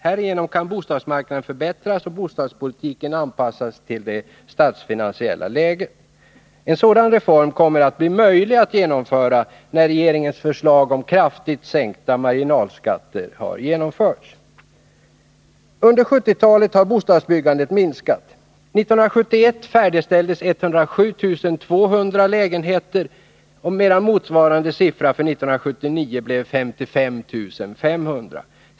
Härigenom kan bostadsmarknaden förbättras och bostadspolitiken anpassas till det statsfinansiella läget. En sådan reform kommer att bli möjlig att genomföra när regeringens förslag om kraftigt sänkta marginalskatter har genomförts. Under 1970-talet har bostadsbyggandet minskat. 1971 färdigställdes 107 200 lägenheter. Motsvarande siffra för 1979 blev 55 500.